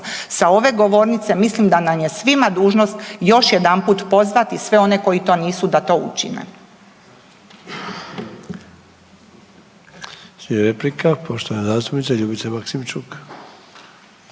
Sa ove govornice mislim da nam je svima dužnost još jedanput pozvati sve one koji to nisu da to učine.